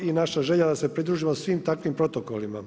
I naša želja da se pridružimo svim takvim protokolima.